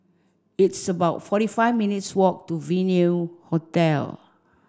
it's about forty five minutes' walk to Venue Hotel